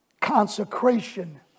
Consecration